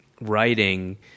writing